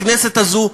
בכנסת הזו,